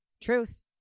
truth